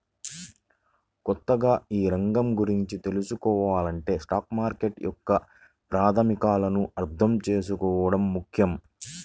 కొత్తగా ఈ రంగం గురించి తెల్సుకోవాలంటే స్టాక్ మార్కెట్ యొక్క ప్రాథమికాలను అర్థం చేసుకోవడం ముఖ్యం